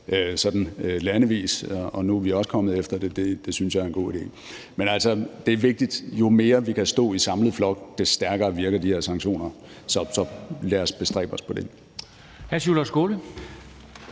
landevis, og nu er vi også kommet efter det, og det synes jeg er en god idé. Men altså, det er vigtigt, at jo mere vi kan stå i samlet flok, des stærkere virker de her sanktioner. Så lad os bestræbe os på det.